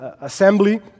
assembly